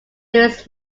louis